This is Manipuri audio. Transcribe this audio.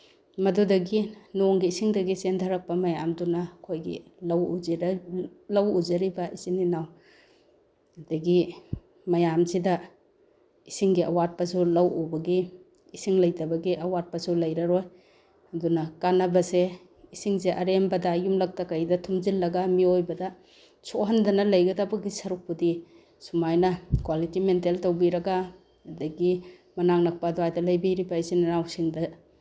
ꯃꯗꯨꯗꯒꯤ ꯅꯣꯡꯒꯤ ꯏꯁꯤꯡꯗꯒꯤ ꯆꯦꯟꯊꯔꯛꯄ ꯃꯌꯥꯝꯗꯨꯅ ꯑꯩꯈꯣꯏꯒꯤ ꯂꯧ ꯎꯖꯔꯤꯕ ꯏꯆꯤꯜ ꯏꯅꯥꯎ ꯑꯗꯒꯤ ꯃꯌꯥꯝꯁꯤꯗ ꯏꯁꯤꯡꯒꯤ ꯑꯋꯥꯠꯄꯁꯨ ꯂꯧ ꯎꯕꯒꯤ ꯏꯁꯤꯡ ꯂꯩꯇꯕꯒꯤ ꯑꯋꯥꯠꯄꯁꯨ ꯂꯩꯔꯔꯣꯏ ꯑꯗꯨ ꯀꯥꯟꯅꯕꯁꯦ ꯏꯁꯤꯡꯁꯦ ꯑꯔꯦꯝꯕꯗ ꯌꯨꯝꯂꯛꯇ ꯀꯩꯗ ꯊꯨꯝꯖꯤꯜꯂꯒ ꯃꯤꯑꯣꯏꯕꯗ ꯁꯣꯛꯍꯟꯗꯅ ꯂꯩꯒꯗꯕꯒꯤ ꯁꯔꯨꯛꯄꯨꯗꯤ ꯁꯨꯃꯥꯏꯅ ꯀ꯭ꯋꯥꯂꯤꯇꯤ ꯃꯦꯟꯇꯦꯟ ꯇꯧꯕꯤꯔꯒ ꯑꯗꯒꯤ ꯃꯅꯥꯛ ꯅꯛꯄ ꯑꯗꯨꯋꯥꯏꯗ ꯂꯩꯕꯤꯔꯤꯕ ꯏꯆꯤꯜ ꯏꯅꯥꯎꯁꯤꯡꯗ